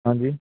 ਹਾਂਜੀ